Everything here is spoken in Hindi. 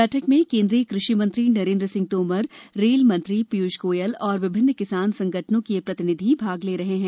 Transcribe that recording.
बैठक में केंद्रीय कृषि मंत्री नरेंद्र सिंह तोमर रेल मंत्री पीय्ष गोयल और विभिन्न किसान संगठनों के प्रतिनिधि भाग ले रहे हैं